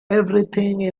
everything